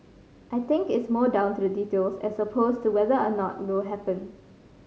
I think it's more down to the details as opposed to whether or not it will happen